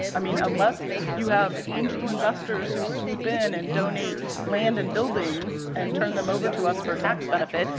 i mean unless you have angel investors who swoop in and donate land and buildings and turn them over to us for tax benefit,